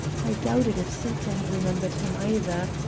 i doubted if sinclair had remembered him either.